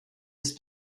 ist